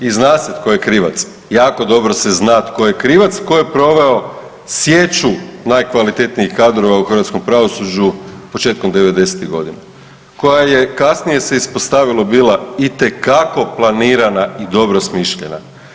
I zna se tko je krivac, jako dobro se zna tko je krivac, tko je proveo sječu najkvalitetnijih kadrova u hrvatskom pravosuđu početkom '90.-tih godina koja je kasnije se ispostavilo bila itekako planirana i dobro smišljena.